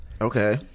Okay